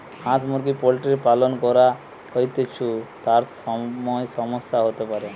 হাঁস মুরগি পোল্ট্রির পালন করা হৈতেছু, তার সময় সমস্যা হতে পারে